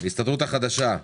ההסתדרות החדשה,